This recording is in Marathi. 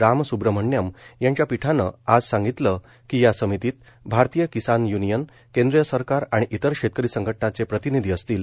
रामस्ब्रम्हमण्यन यांच्या पीठानं आज सांगितलं की या समितीत भारतीय किसान य्नियन केंद्र सरकार आणि इतर शेतकरी संघटनांचे प्रतिनिधी असतील